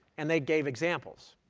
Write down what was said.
and they gave examples,